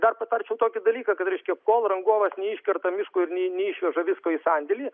dar patarčiau tokį dalyką kad reiškia kol rangovas neiškerta miško ir ne neišveža visko į sandėlį